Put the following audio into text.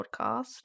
podcast